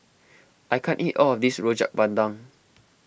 I can't eat all of this Rojak Bandung